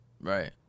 right